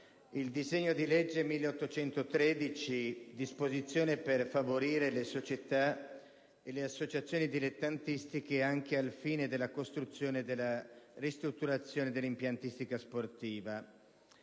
il disegno di legge n. 1813 recante disposizioni per favorire le società e le associazioni dilettantistiche anche al fine della costruzione e della ristrutturazione dell'impiantistica sportiva.